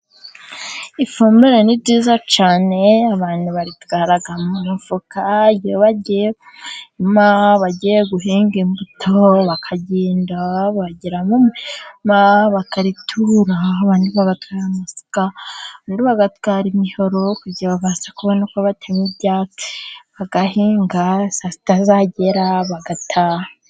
Ifumbire ni ryiza cyane, abantu baritwara mu mufuka, iyo bagiye mu murima bagiye guhinga imbuto, bakagenda bagera mu murima bakaritura, abandi bagatwara amasuka, abandi bagatwara imihoro kugira babashe kubona uko batema ibyatsi, bagahinga saa sita zagera bagataha.